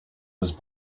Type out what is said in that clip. was